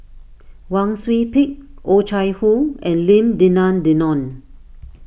Wang Sui Pick Oh Chai Hoo and Lim Denan Denon